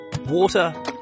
water